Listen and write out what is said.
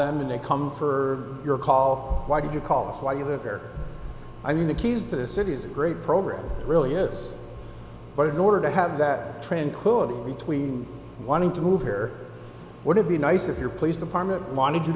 them and they come for your call why did you call us why you live here i mean the keys to the city is a great program really is but in order to have that tranquility between wanting to move here would it be nice if your police department wanted you